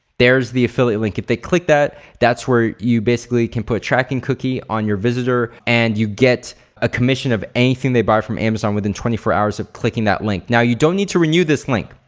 there's the affiliate link. if they click that that's where you basically can put tracking cookie on your visitor and you get a commission of anything they buy from amazon within twenty four hours of clicking that link. now you don't need to renew this link.